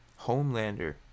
Homelander